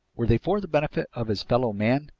were they for the benefit of his fellow man?